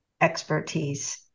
expertise